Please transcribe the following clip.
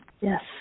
Yes